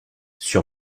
sur